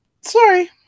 Sorry